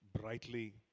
brightly